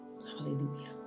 Hallelujah